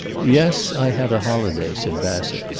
yes, i had a holiday said bassett,